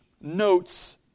notes